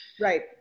Right